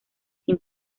sin